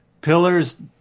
Pillars